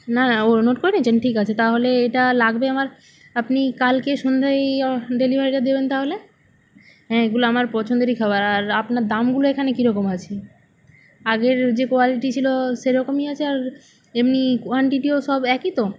না না ও নোট করে নিয়েছেন ঠিক আছে তাহলে এটা লাগবে আমার আপনি কালকে সন্ধ্যায় ডেলিভারিটা অ দেবেন তাহলে হ্যাঁ এগুলো আমার পছন্দেরই খাবার আর আপনার দামগুলো এখানে কীরকম আছে আগের যে কোয়ালিটি ছিলো সেরকমই আছে আর এমনি কোয়ান্টিটিও সব একই তো